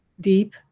Deep